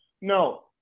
No